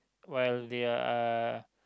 while they are